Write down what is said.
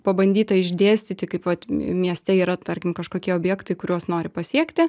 pabandyta išdėstyti kaip mieste yra tarkim kažkokie objektai kuriuos nori pasiekti